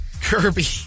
Kirby